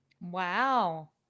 Wow